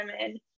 women